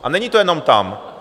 A není to jenom tam.